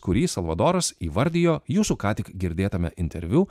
kurį salvadoras įvardijo jūsų ką tik girdėtame interviu